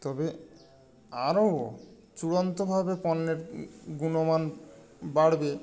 তবে আরও চূড়ান্ত ভাবে পণ্যের গুণমান বাড়বে